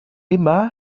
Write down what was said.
emma